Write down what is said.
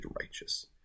righteous